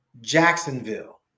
Jacksonville